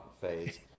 phase